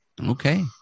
Okay